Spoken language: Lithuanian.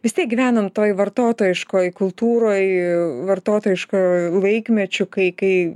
vis tiek gyvenam toj vartotojiškoj kultūroj vartotojiško laikmečiu kai kai